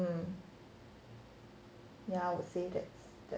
um ya I would say that